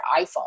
iPhone